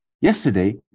yesterday